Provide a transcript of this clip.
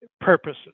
purposes